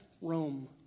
Rome